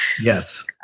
Yes